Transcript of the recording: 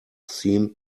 seemed